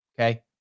okay